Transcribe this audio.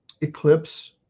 Eclipse